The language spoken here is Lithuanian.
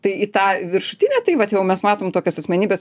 tai į tą viršutinę tai vat jau mes matom tokias asmenybes